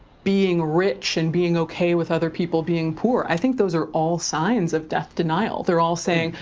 being rich and being okay with other people being poor. i think those are all signs of death denial, they're all saying,